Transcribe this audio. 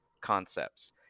concepts